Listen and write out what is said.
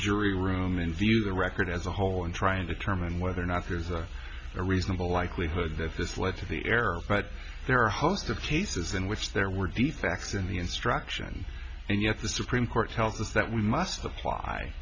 jury room and view the record as a whole and try and determine whether or not there's a reasonable likelihood that this led to the error but there are a host of cases in which there were the facts in the instruction and yet the supreme court tells us that we must apply